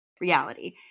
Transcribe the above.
reality